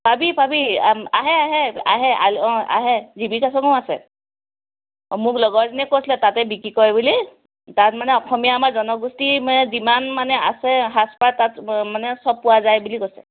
পাবি পাবি আ আহে আহে আহে অঁ আহে ৰিবি গাছেঙো আছে মোক লগৰ এজনীয়ে কৈছিলে তাতে বিক্ৰী কৰে বুলি তাত মানে অসমীয়া আমাৰ জনগোষ্ঠীৰ যিমান মানে আছে সাজ পাৰ তাত মানে চব পোৱা যায় বুলি কৈছে